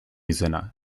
izena